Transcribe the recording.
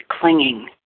clinging